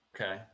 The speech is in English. Okay